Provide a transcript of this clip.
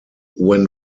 when